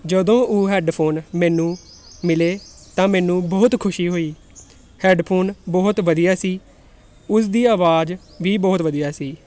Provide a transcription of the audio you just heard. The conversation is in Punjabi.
ਜਦੋਂ ਉਹ ਹੈਡਫੋਨ ਮੈਨੂੰ ਮਿਲੇ ਤਾਂ ਮੈਨੂੰ ਬਹੁਤ ਖੁਸ਼ੀ ਹੋਈ ਹੈਡਫੋਨ ਬਹੁਤ ਵਧੀਆ ਸੀ ਉਸ ਦੀ ਆਵਾਜ਼ ਵੀ ਬਹੁਤ ਵਧੀਆ ਸੀ